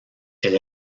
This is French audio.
elle